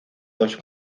dos